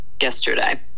yesterday